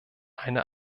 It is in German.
eine